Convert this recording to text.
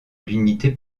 l’unité